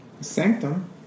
Sanctum